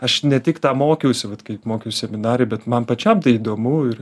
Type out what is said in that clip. aš ne tik tą mokiausi vat kai mokiaus seminarijoj bet man pačiam tai įdomu ir